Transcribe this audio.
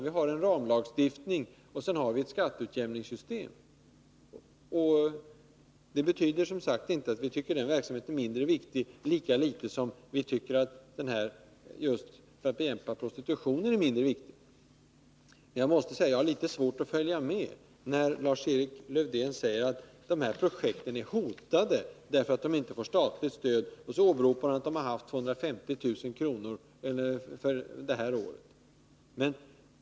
Vi har en ramlagstiftning, och vi har ett skatteutjämningssystem. Det betyder som sagt inte att vi tycker att verksamheten är mindre viktig, lika litet som vi tycker att just verksamheten för att bekämpa prostitutionen är mindre viktig. Jag har litet svårt att följa med när Lars-Erik Lövdén säger att de här projekten är hotade, därför att de inte får statligt stöd, och åberopar att man har haft 250 000 kr. i bidrag under det här året.